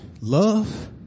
love